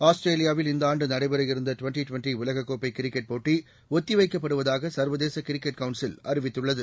ஆஸ்திரேலியாவில் இந்த ஆண்டு நடைபெறவிருந்த ட்வென்டி ட்வென்டி உலக கோப்பை கிரிக்கெட் போட்டி ஒத்தி வைக்கப்படுவதாக சர்வதேச கிரிக்கெட் கவுன்சில் அறிவித்துள்ளது